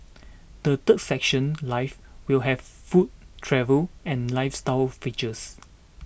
the third section life will have food travel and lifestyle features